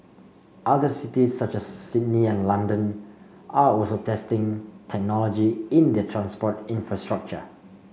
other cities such as Sydney and London are also testing technology in their transport infrastructure